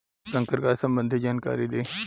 संकर गाय संबंधी जानकारी दी?